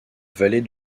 vallée